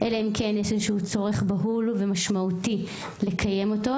אלא אם כן יש איזה צורך בהול ומשמעותי לקיים אותו.